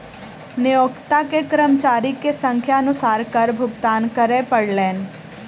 नियोक्ता के कर्मचारी के संख्या अनुसार कर भुगतान करअ पड़लैन